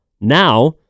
Now